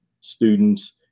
students